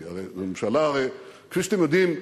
כי הרי זו ממשלה הרי שכפי שאתם יודעים,